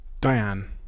Diane